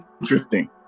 interesting